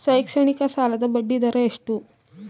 ಶೈಕ್ಷಣಿಕ ಸಾಲದ ಬಡ್ಡಿ ದರ ಎಷ್ಟು?